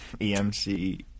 EMC